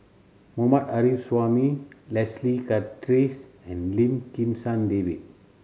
Mohammad Arif Suhaimi Leslie Charteris and Lim Kim San David